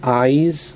eyes